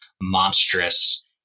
monstrous